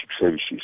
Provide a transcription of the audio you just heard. services